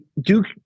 Duke